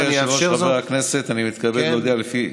בתקנה לשעת חירום, לא במסגרת